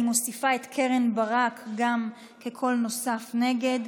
אני מוסיפה גם את קרן ברק כקול נוסף נגד.